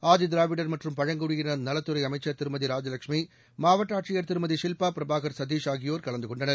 ஆதிதிராவிடர் மற்றும் பழங்குடியினர் நலத்துறை அமைச்சர் திருமதி ராஜலட்சுமி மாவட்ட ஆட்சியர் திருமதி ஷில்பா பிரபாகர் சதீஷ் ஆகியோர் கலந்து கொண்டனர்